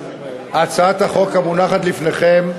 הצעת החוק המונחת לפניכם,